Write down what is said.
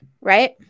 Right